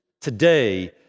today